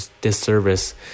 disservice